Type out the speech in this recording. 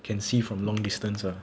can see from long distance ah